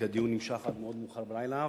כי הדיון נמשך עד מאוד מאוחר בלילה.